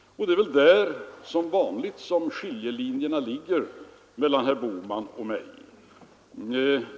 Och det är väl som vanligt där skiljelinjen går mellan herr Bohman och mig.